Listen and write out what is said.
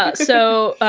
ah so,